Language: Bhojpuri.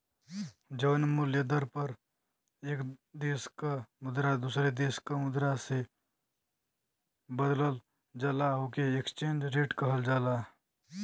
जौन मूल्य दर पर एक देश क मुद्रा दूसरे देश क मुद्रा से बदलल जाला ओके एक्सचेंज रेट कहल जाला